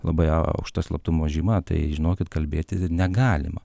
labai aukšto slaptumo žyma tai žinokit kalbėti negalima